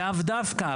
לאו דווקא,